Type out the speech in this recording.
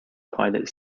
pilot